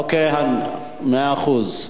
אוקיי, מאה אחוז.